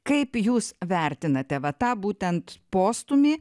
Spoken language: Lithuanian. kaip jūs vertinate va tą būtent postūmį